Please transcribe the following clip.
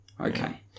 Okay